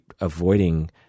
avoiding